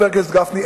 חבר הכנסת גפני,